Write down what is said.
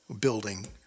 building